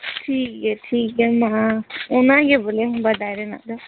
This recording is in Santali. ᱴᱷᱤᱠ ᱜᱮᱭᱟ ᱴᱷᱤᱠ ᱜᱮᱭᱟ ᱢᱟ ᱚᱱᱟ ᱜᱮ ᱵᱚᱞᱮ ᱵᱟᱰᱟᱭ ᱨᱮᱱᱟᱜ ᱫᱚ